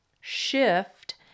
shift